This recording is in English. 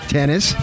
Tennis